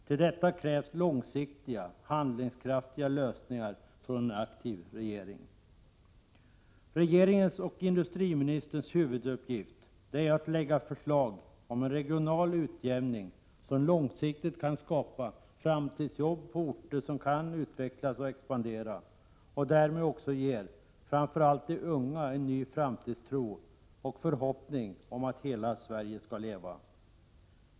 Till detta krävs långsiktiga, handlingskraftiga lösningar från en aktiv regering. Regeringens och industriministerns huvuduppgift är att lägga fram förslag om en regional utjämning, som långsiktigt kan skapa framtidsjobb på orter som kan utvecklas och expandera och därmed också ger framför allt de unga en ny framtidstro och förhoppning om att ”hela Sverige skall leva”.